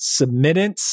submittance